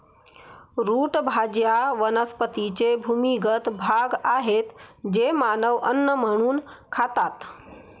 route भाज्या वनस्पतींचे भूमिगत भाग आहेत जे मानव अन्न म्हणून खातात